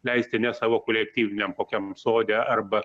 leisti ne savo kolektyviniam kokiam sode arba